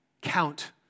count